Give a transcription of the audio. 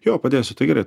jo padėsiu tai gerai